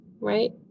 Right